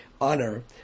honor